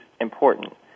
important